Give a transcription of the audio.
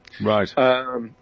Right